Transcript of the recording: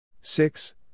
six